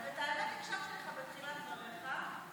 האמת, הקשבתי לך בתחילת דבריך,